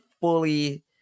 fully